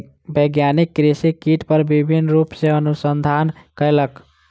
वैज्ञानिक कृषि कीट पर विभिन्न रूप सॅ अनुसंधान कयलक